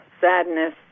sadness